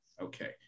okay